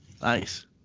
nice